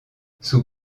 sous